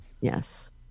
yes